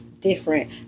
different